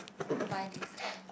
to buy this I